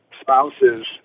spouse's